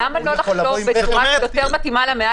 למה לא לחשוב בצורה יותר מתאימה למאה